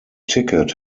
ticket